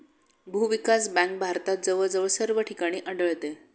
भूविकास बँक भारतात जवळजवळ सर्व ठिकाणी आढळते